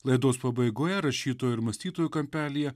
laidos pabaigoje rašytojų ir mąstytojų kampelyje